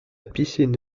piscine